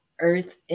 Earth